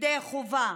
ידי חובה,